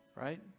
Right